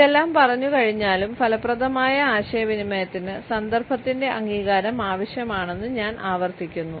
ഇതെല്ലാം പറഞ്ഞു കഴിഞ്ഞാലും ഫലപ്രദമായ ആശയവിനിമയത്തിന് സന്ദർഭത്തിന്റെ അംഗീകാരം ആവശ്യമാണെന്ന് ഞാൻ ആവർത്തിക്കുന്നു